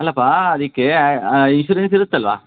ಅಲ್ಲಪ್ಪ ಅದಕ್ಕೆ ಇನ್ಶುರೆನ್ಸ್ ಇರುತ್ತಲ್ಲವಾ